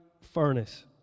furnace